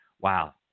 wow